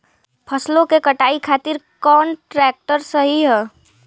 फसलों के कटाई खातिर कौन ट्रैक्टर सही ह?